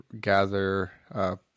gather